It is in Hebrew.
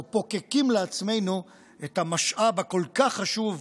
או פוקקים לעצמנו את המשאב הכל-כך חשוב,